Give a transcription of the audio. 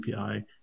api